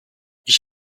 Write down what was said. ich